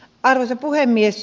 arvoisa puhemies